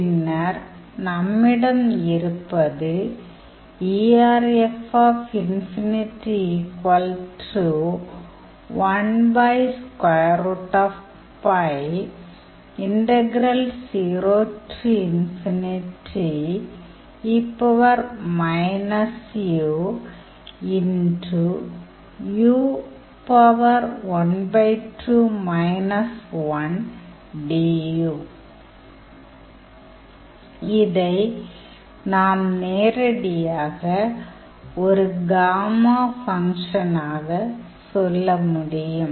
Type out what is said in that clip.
பின்னர் நம்மிடம் இருப்பது இதை நாம் நேரடியாக ஒரு காமா ஃபங்க்ஷனாக சொல்ல முடியும்